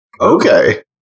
okay